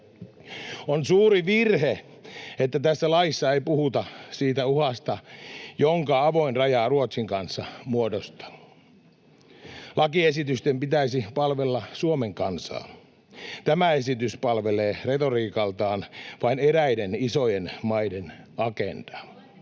On suuri virhe, että tässä laissa ei puhuta siitä uhasta, jonka avoin raja Ruotsin kanssa muodostaa. Lakiesitysten pitäisi palvella Suomen kansaa. Tämä esitys palvelee retoriikaltaan vain eräiden isojen maiden agendaa.